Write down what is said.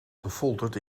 gefolterd